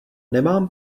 nemám